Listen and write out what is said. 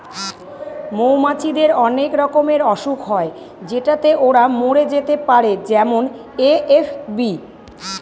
মৌমাছিদের অনেক রকমের অসুখ হয় যেটাতে ওরা মরে যেতে পারে যেমন এ.এফ.বি